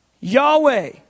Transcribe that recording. Yahweh